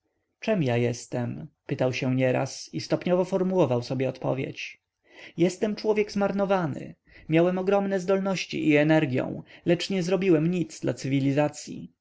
czem ja jestem pytał się nieraz i stopniowo formułował sobie odpowiedź jestem człowiek zmarnowany miałem ogromne zdolności i energią lecz nie zrobiłem nic dla cywilizacyi